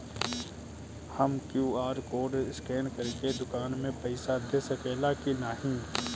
हम QR code scan करके दुकान में पईसा दे सकेला की नाहीं?